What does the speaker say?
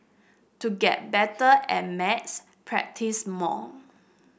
to get better at maths practise more